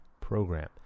program